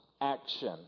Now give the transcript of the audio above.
action